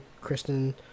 Kristen